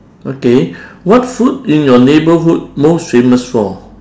okay what food in your neighbourhood most famous for